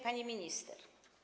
Pani Minister!